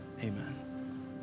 Amen